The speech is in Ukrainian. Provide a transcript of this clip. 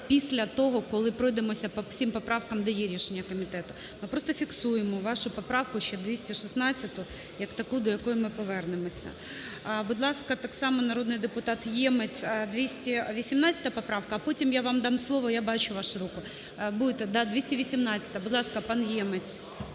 після того, коли пройдемося, де є рішення комітету. Ми просто фіксуємо вашу поправку ще 216 як таку, до якої ми повернемося. Будь ласка, так само народний депутат Ємець, 218 поправка. А потім я вам дам слово, я бачу вашу руку. Будете, да? 218-а. Будь ласка, пан Ємець.